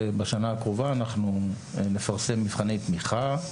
בשנה הקרובה אנחנו נפרסם מבחני תמיכה,